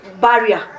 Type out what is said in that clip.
barrier